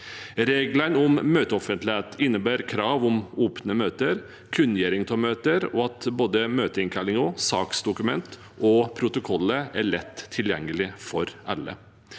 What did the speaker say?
Reglene om møteoffentlighet innebærer krav om åpne møter, kunngjøring av møter, og at både møteinnkallin gen, saksdokument og protokoller er lett tilgjengelig for alle.